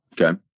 Okay